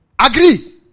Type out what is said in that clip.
Agree